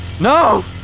No